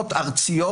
ארציות,